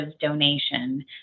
donation